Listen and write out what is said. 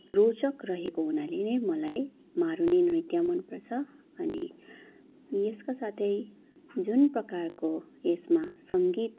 रोचक रहेको हुनाले नै मलाई मारुनी नृत्य मनपर्छ अनि यसका साथै जुन प्रकारको यसमा सङ्गीत